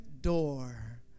door